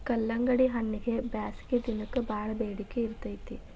ಕಲ್ಲಂಗಡಿಹಣ್ಣಗೆ ಬ್ಯಾಸಗಿ ದಿನಕ್ಕೆ ಬಾಳ ಬೆಡಿಕೆ ಇರ್ತೈತಿ